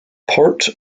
part